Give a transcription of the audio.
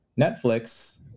Netflix